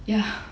ya